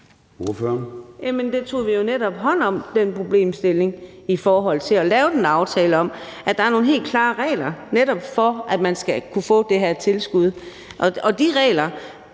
netop hånd om i forhold til at lave en aftale om, at der er nogle helt klare regler for, om man netop skal kunne få det her tilskud.